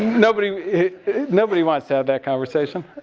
nobody nobody wants to have that conversation.